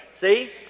See